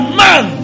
man